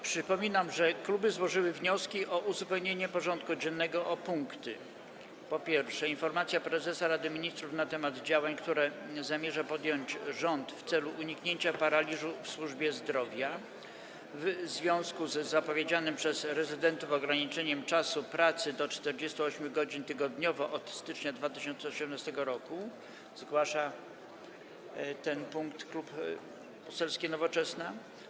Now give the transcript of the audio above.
Przypominam, że kluby złożyły wnioski o uzupełnienie porządku dziennego o punkty: - Informacja prezesa Rady Ministrów na temat działań, które zamierza podjąć rząd w celu uniknięcia paraliżu w służbie zdrowia, w związku z zapowiedzianym przez rezydentów ograniczeniem czasu pracy do 48 godzin tygodniowo od stycznia 2018 r. - zgłoszony przez Klub Poselski Nowoczesna,